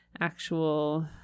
actual